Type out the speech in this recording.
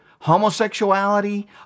Homosexuality